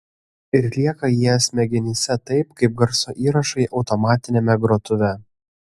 ir lieka jie smegenyse taip kaip garso įrašai automatiniame grotuve